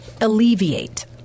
alleviate